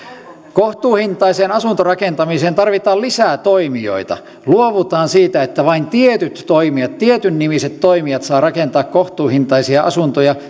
kohtuuhintaiseen asuntorakentamiseen tarvitaan lisää toimijoita luovutaan siitä että vain tietyt toimijat tietynnimiset toimijat saavat rakentaa kohtuuhintaisia asuntoja